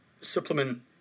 Supplement